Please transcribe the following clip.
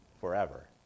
forever